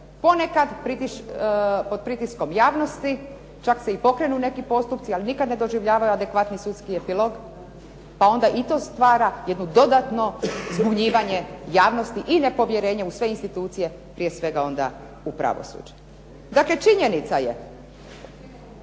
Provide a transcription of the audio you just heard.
ponekad pod pritiskom javnosti, čak se i pokrenu neki postupci, ali nikad ne doživljavaju adekvatni sudski epilog, pa onda i to stvara jedno dodatno zbunjivanje javnosti i nepovjerenja u sve institucije, prije svega onda u pravosuđe. Dakle, činjenica je,